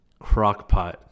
Crockpot